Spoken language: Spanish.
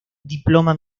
diploma